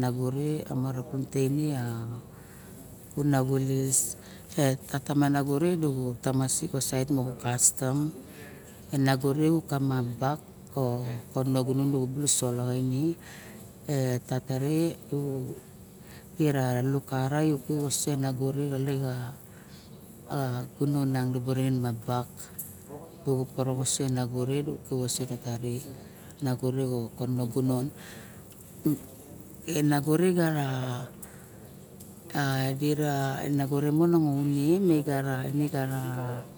nago re a marapun teine a kunaxulis me tata me nago re dubu tamasikka tuna xulis ka saet mox kastam nago re dubu tamasik ka tunaxulis moxo kastam me nago re na bu bak ko kono gunon dubulus solaxa ine me tata rebu vera lakara i vasot e nago re xa a gunon yang dibu ribe ma bak dibu parok osu e nago re dibu kip osu tata re ma nago re ko kono gunon e nago re igara a dira nago re mon na une digara